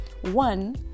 one